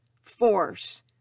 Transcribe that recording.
force